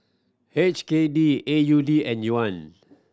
H K D A U D and Yuan